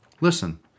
Listen